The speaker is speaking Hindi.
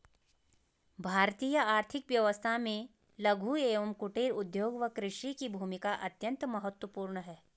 भारतीय आर्थिक व्यवस्था में लघु एवं कुटीर उद्योग व कृषि की भूमिका अत्यंत महत्वपूर्ण है